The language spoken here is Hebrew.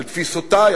על תפיסותי,